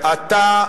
אתה,